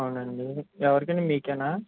అవునండి ఎవరికి అండి మీకేనా